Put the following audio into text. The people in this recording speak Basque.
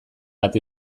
bat